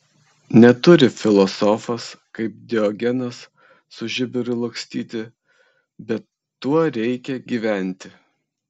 neturi filosofas kaip diogenas su žiburiu lakstyti bet tuo reikia gyventi